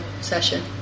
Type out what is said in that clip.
session